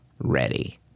ready